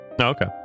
Okay